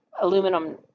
aluminum